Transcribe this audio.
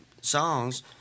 songs